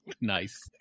Nice